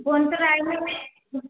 Bhubaneswar INOX